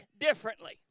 differently